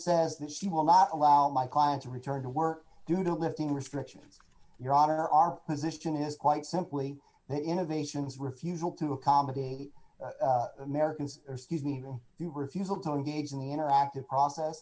says that she will not allow my client to return to work due to lifting restrictions your honor our position is quite simply the innovations refusal to accommodate americans scuse me the refusal to engage in the interactive process